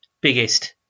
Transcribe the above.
biggest